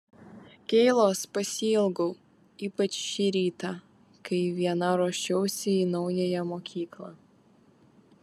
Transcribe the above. keilos pasiilgau ypač šį rytą kai viena ruošiausi į naująją mokyklą